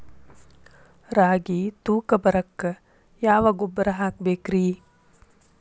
ರಾಗಿ ತೂಕ ಬರಕ್ಕ ಯಾವ ಗೊಬ್ಬರ ಹಾಕಬೇಕ್ರಿ?